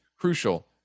crucial